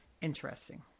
interesting